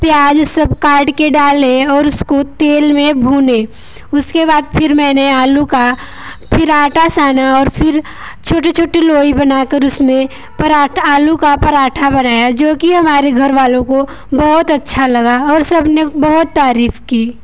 प्याज़ सब काट के डाले और उसको तेल में भुने उसके बाद फिर मैंने आलू का फिर आटा छाना और फिर छोटी छोटी लोई बना कर उसमें पराठा आलू का पराठा बनाया जो कि हमारे घर वालों को बहुत अच्छा लगा और सब ने बहुत तारीफ़ की